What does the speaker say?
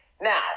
Now